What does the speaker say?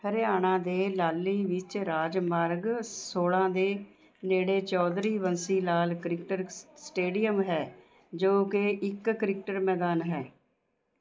ਹਰਿਆਣਾ ਦੇ ਲਾਹਲੀ ਵਿੱਚ ਰਾਜ ਮਾਰਗ ਸੋਲ੍ਹਾਂ ਦੇ ਨੇੜੇ ਚੌਧਰੀ ਬੰਸੀ ਲਾਲ ਕ੍ਰਿਕਟਰ ਸਟੇਡੀਅਮ ਹੈ ਜੋ ਕਿ ਇੱਕ ਕ੍ਰਿਕਟਰ ਮੈਦਾਨ ਹੈ